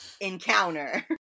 encounter